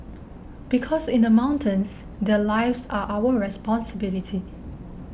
because in the mountains their lives are our responsibility